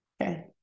Okay